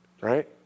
Right